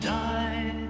die